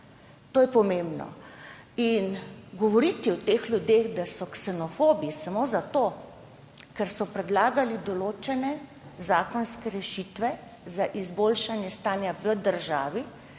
To je pomembno. Govoriti o teh ljudeh, da so ksenofobi samo zato, ker so predlagali določene zakonske rešitve za izboljšanje stanja v državi,